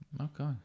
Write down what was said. Okay